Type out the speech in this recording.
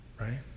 Right